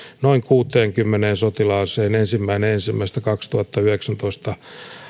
noin kuuteenkymmeneen sotilaaseen ensimmäinen ensimmäistä kaksituhattayhdeksäntoista